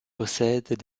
possèdent